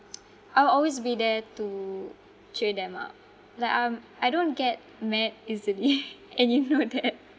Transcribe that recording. I'll always be there to cheer them up like I'm I don't get mad easily and you know that